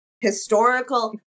historical